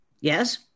Yes